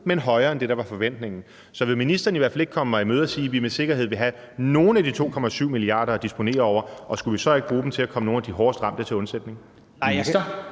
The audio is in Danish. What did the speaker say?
men højere end det, der var forventningen. Så vil ministeren i hvert fald ikke komme mig i møde og sige, at vi med sikkerhed vil have nogle af de 2,7 mia. kr. at disponere over – og skulle vi så ikke bruge dem til at komme nogle af de hårdest ramte til undsætning?